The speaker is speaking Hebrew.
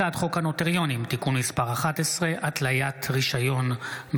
הצעת חוק הנוטריונים (תיקון מס' 11) (התליית רישיון מרצון),